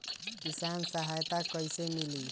किसान सहायता कईसे मिली?